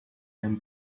him